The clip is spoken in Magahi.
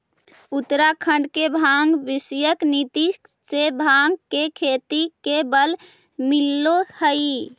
उत्तराखण्ड के भाँग विषयक नीति से भाँग के खेती के बल मिलले हइ